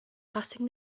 passing